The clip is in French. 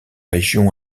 région